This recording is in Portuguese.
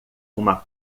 uma